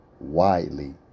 Widely